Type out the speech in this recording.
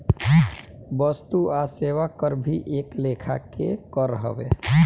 वस्तु आ सेवा कर भी एक लेखा के कर हवे